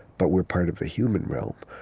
but we're part of the human realm,